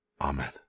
Amen